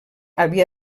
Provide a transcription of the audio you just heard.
havia